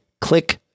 click